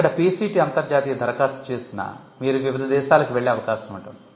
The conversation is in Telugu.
ఇక్కడ PCT అంతర్జాతీయ దరఖాస్తు చేసినా మీరు వివిధ దేశాలకు వెళ్ళే అవకాశం ఉంటుంది